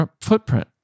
footprint